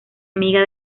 amiga